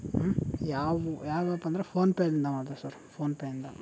ಹ್ಞೂ ಯಾವ ಯಾವ ಆ್ಯಪ್ ಅಂದರೆ ಫೋನ್ಪೇದಿಂದ ಮಾಡಿದೆ ಸರ್ ಫೋನ್ಪೇಯಿಂದ